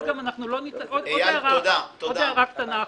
עוד הערה קטנה אחת.